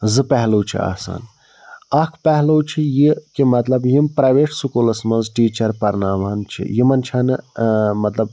زٕ پہلوٗ چھِ آسان اَکھ پہلوٗ چھِ یہِ کہِ مطلب یِم پرٛیویٹ سکوٗلَس منٛز ٹیٖچَر پَرناوان چھِ یِمَن چھَ نہٕ مطلب